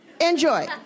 Enjoy